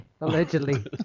Allegedly